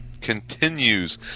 continues